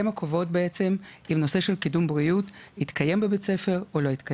הן אלה שקובעות האם נושא של קידום בריאות יתקיים בתוך בית הספר או לא.